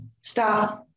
stop